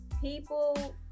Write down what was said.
People